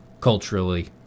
culturally